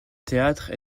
théâtre